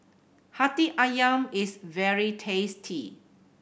Hati Ayam is very tasty